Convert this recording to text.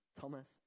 Thomas